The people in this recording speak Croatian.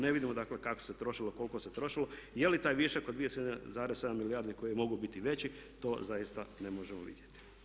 Ne vidimo, dakle kako se trošilo, koliko se trošilo, je li taj višak od 2,7 milijardi koje mogu biti i veći to zaista ne možemo vidjeti.